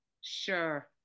Sure